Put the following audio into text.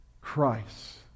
Christ